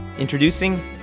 Introducing